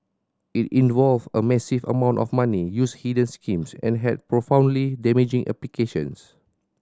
it involve a massive amount of money used hidden schemes and had profoundly damaging implications